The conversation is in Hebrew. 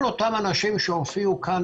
כל אותם אנשים שהופיעו כאן,